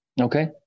Okay